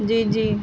جی جی